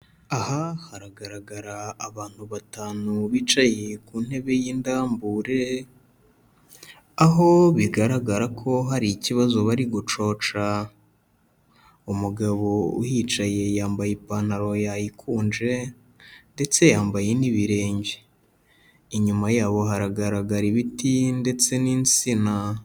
Aha haragaragara abantu batanu bicaye ku ntebe y'indambure, aho bigaragara ko hari ikibazo bari gucoca. Umugabo uhicaye yambaye ipantaro yayikunje ndetse yambaye n'ibirenge, inyuma yabo haragaragara ibiti ndetse n'insina.